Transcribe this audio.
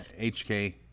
HK